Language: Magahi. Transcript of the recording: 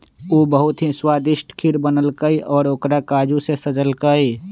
उ बहुत ही स्वादिष्ट खीर बनल कई और ओकरा काजू से सजल कई